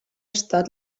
estat